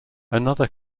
another